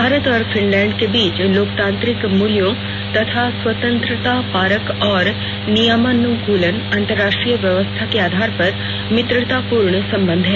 भारत और फिनलैंड के बीच लोकतांत्रिक मूल्यों तथा स्वतंत्रतापरक और नियमानुकूल अंतरराष्ट्रीय व्यवस्था के आधार पर मित्रतापूर्ण संबंध हैं